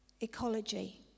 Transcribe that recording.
Ecology